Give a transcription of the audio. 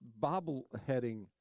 bobbleheading